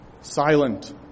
silent